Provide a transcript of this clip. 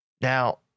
Now